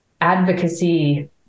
advocacy